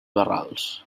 barrals